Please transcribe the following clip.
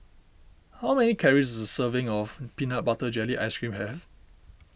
how many calories does a serving of Peanut Butter Jelly Ice Cream have